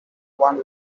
one